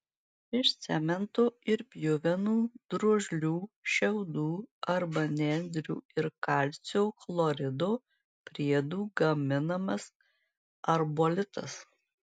iš cemento ir pjuvenų drožlių šiaudų arba nendrių ir kalcio chlorido priedų gaminamas arbolitas